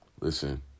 Listen